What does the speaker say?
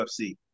UFC